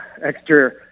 extra